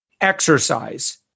exercise